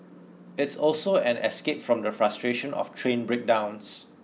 it's also an escape from the frustration of train breakdowns